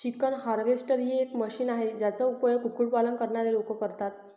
chicken harvester ही एक machine आहे, ज्याचा उपयोग कुक्कुट पालन करणारे लोक करतात